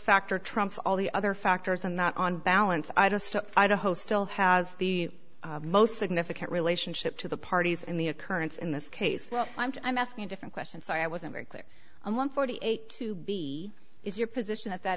factor trumps all the other factors and not on balance i just i don't whoa still has the most significant relationship to the parties in the occurrence in this case well i'm just i'm asking a different question so i wasn't very clear on one forty eight to be is your position that that